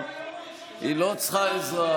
ולהודות על עמידתם האותנטית,